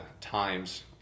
times